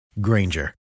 Granger